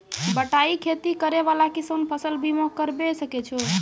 बटाई खेती करै वाला किसान फ़सल बीमा करबै सकै छौ?